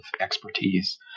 expertise